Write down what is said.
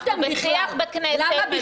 אנחנו בשיח בכנסת,